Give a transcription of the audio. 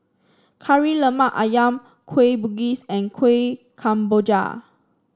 Kari Lemak ayam Kueh Bugis and Kueh Kemboja